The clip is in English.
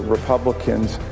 Republicans